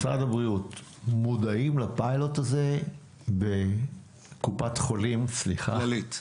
האם משרד הבריאות מודעים לפיילוט הזה בקופת חולים כללית?